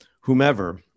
whomever